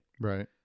Right